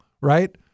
Right